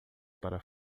para